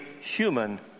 human